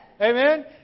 Amen